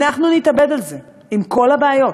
אנחנו נתאבד על זה, עם כל הבעיות.